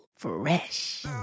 fresh